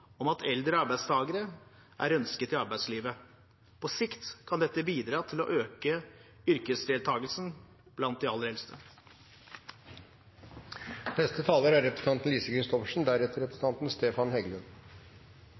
om at eldre arbeidstakere er ønsket i arbeidslivet. På sikt kan dette bidra til å øke yrkesdeltakelsen blant de aller eldste. På regjeringas hjemmesider står det at vi i åra framover trenger flere hender i arbeid. Det er